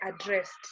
addressed